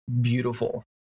Beautiful